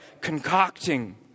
concocting